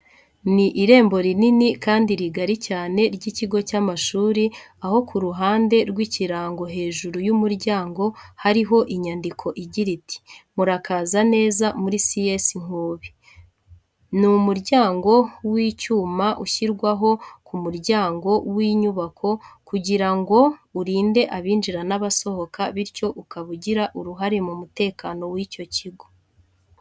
Ni irembo rinini kandi rigari cyane ry'ikigo cy'amashuri aho ku ruhande rw’ikirango hejuru y’umuryango hariho inyandiko igira iti murakaza neza muri CS Nkubi. Ni umuryango w’icyuma ushyirwaho ku muryango w’inyubako kugira ngo urinde abinjira n’abasohoka bityo ukaba ugira uruhare mu mutekano w’icyo kigo.